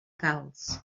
calç